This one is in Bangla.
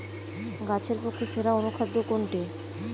গাছের পক্ষে সেরা অনুখাদ্য কোনটি?